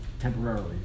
temporarily